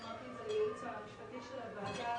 אמרתי את זה לייעוץ המשפטי של הוועדה,